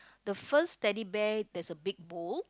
the first Teddy Bear there's a big bow